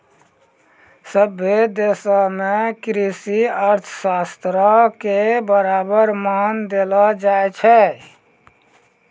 सभ्भे देशो मे कृषि अर्थशास्त्रो के बराबर मान देलो जाय छै